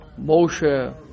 Moshe